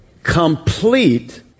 Complete